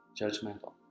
judgmental